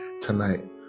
tonight